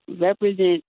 represent